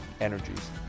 energies